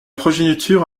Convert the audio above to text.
progéniture